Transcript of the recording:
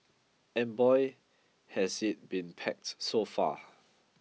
and boy has it been packed so far